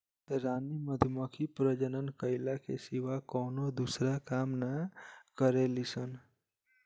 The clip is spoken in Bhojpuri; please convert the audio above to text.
रानी मधुमक्खी प्रजनन कईला के सिवा कवनो दूसर काम ना करेली सन